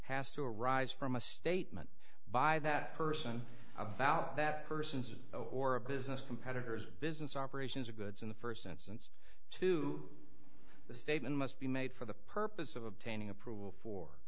has to arise from a statement by that person about that person's or a business competitors business operations or goods in the first instance to the statement must be made for the purpose of obtaining approval for